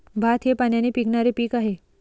भात हे पाण्याने पिकणारे पीक आहे